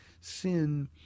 sin